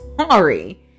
Sorry